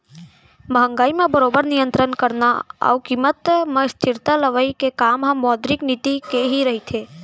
महंगाई म बरोबर नियंतरन करना अउ कीमत म स्थिरता लवई के काम ह मौद्रिक नीति के ही रहिथे